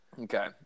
Okay